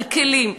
לכלים,